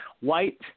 white